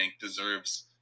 deserves